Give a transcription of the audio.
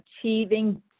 Achieving